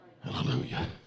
Hallelujah